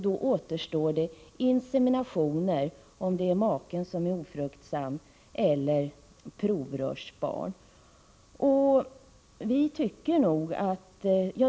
Då återstår inseminationer, om det är maken som är ofruktsam, eller provrörsbarn.